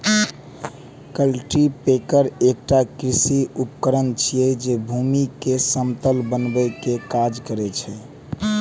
cultipacker एकटा कृषि उपकरण छियै, जे भूमि कें समतल बनबै के काज करै छै